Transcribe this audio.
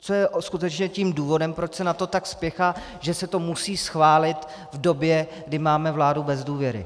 Co je skutečně tím důvodem, proč se na to tak spěchá, že se to musí schválit v době, kdy máme vládu bez důvěry?